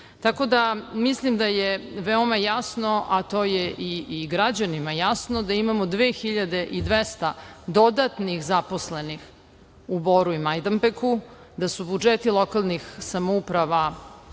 da, mislim da je veoma jasno, a to je i građanima jasno, da imamo 2.200 dodatnih zaposlenih u Boru i Majdanpeku, da su budžeti lokalnih samouprava